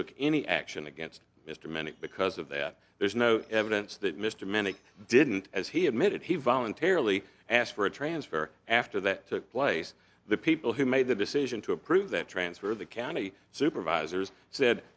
took any action against mr manning because of that there's no evidence that mr manic didn't as he admitted he voluntarily asked for a transfer after that took place the people who made the decision to approve that transfer the county supervisors said